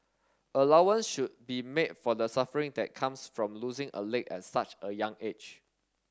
allowance should be made for the suffering that comes from losing a leg at such a young age